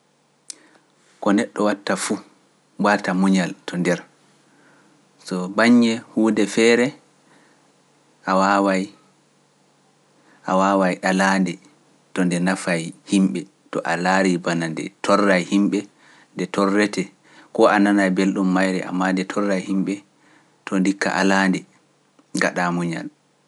Ɗum ko neɗɗo watta fu, mbarta muñal to nder, so baññe huunde feere a waawaay alaande to nde nafaa yimɓe, to alaari bana nde torra yimɓe nde torrete, ko a nana belɗum mayre, ammaa nde torra yimɓe to ndikka alaande gaɗa muñal.